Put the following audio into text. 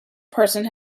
person